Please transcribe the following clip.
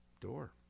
Door